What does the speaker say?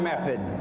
method